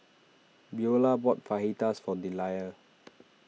Beaulah bought Fajitas for Delia